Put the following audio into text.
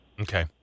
okay